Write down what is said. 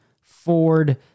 Ford